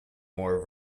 more